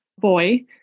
boy